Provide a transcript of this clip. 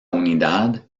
unidad